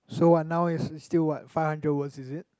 so what now is is still what five hundred words is it